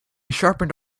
sharpened